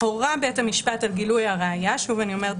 "הורה בית המשפט על גילוי הראיה" שוב אני אומרת,